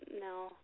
no